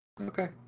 Okay